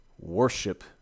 worship